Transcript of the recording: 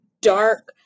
dark